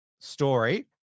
story